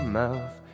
mouth